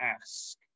ask